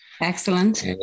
Excellent